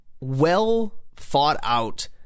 well-thought-out